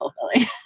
fulfilling